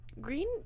green